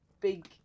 big